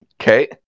Okay